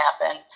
happen